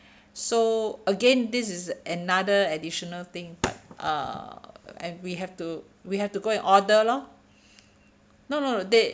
so again this is another additional thing but uh and we have to we have to go and order lor no no no they